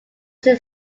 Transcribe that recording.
sit